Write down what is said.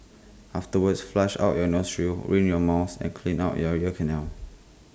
afterwards flush out your nostrils rinse your mouth and clean out you ear canals